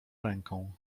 ręką